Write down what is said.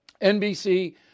NBC